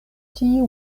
tiu